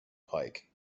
pike